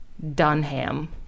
dunham